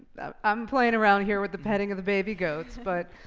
i'm playing around here with the petting of the baby goats. but